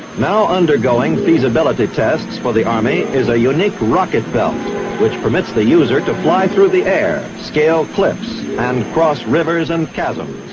now undergoing feasibility tests for the army is a unique rocket belt which permits the user to fly through the air, scale cliffs and cross rivers and chasms.